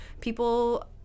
people